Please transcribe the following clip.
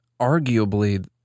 arguably